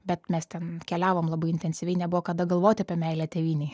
bet mes ten keliavom labai intensyviai nebuvo kada galvoti apie meilę tėvynei